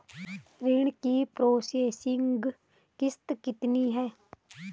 ऋण की processing fee कितनी है?